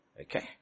Okay